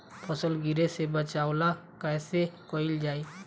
फसल गिरे से बचावा कैईसे कईल जाई?